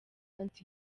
anti